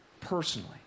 personally